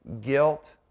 guilt